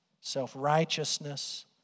self-righteousness